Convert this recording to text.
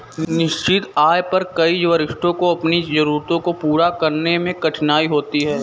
निश्चित आय पर कई वरिष्ठों को अपनी जरूरतों को पूरा करने में कठिनाई होती है